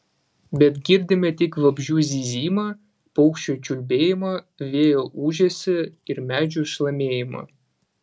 bet girdime tik vabzdžių zyzimą paukščių čiulbėjimą vėjo ūžesį ir medžių šlamėjimą